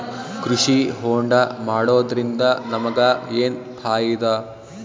ಕೃಷಿ ಹೋಂಡಾ ಮಾಡೋದ್ರಿಂದ ನಮಗ ಏನ್ ಫಾಯಿದಾ?